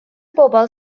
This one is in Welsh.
bobl